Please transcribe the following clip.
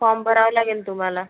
form भरावा लागेल तुम्हाला